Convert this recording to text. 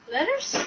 Letters